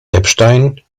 epstein